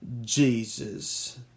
Jesus